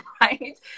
right